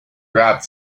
grabbed